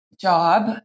job